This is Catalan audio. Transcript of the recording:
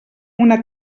una